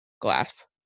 glass